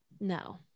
No